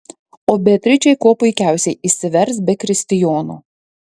o beatričė kuo puikiausiai išsivers be kristijono